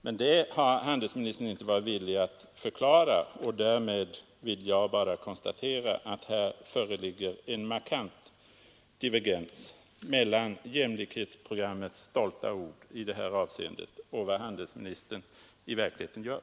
Men det har handelsministern inte varit villig att förklara, och då vill jag bara konstatera att här föreligger en markant divergens mellan jämlikhetsprogrammets stolta ord i det här avseendet och vad handelsministern i verkligheten gör.